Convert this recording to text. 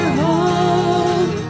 home